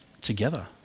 together